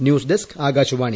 news desk Akashvani